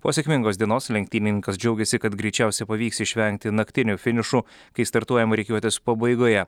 po sėkmingos dienos lenktynininkas džiaugėsi kad greičiausiai pavyks išvengti naktinių finišų kai startuojama rikiuotės pabaigoje